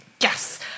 yes